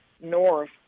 north